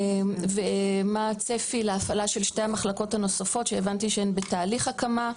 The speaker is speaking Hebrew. מה הצפי להפעלה של שתי המחלקות הנוספות שהבנתי שהן בתהליך הקמה,